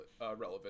Relevant